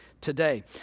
today